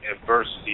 adversity